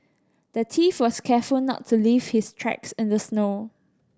the thief was careful not to leave his tracks in the snow